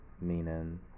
meaning